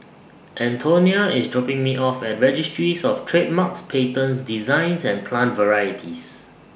Antonia IS dropping Me off At Registries of Trademarks Patents Designs and Plant Varieties